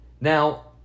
Now